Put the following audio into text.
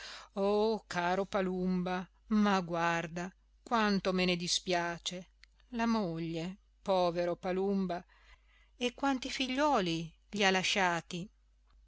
oh caro palumba ma guarda quanto me ne dispiace la moglie povero palumba e quanti figliuoli gli ha lasciati